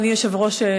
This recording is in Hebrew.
אדוני היושב-ראש,